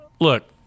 look